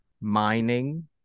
mining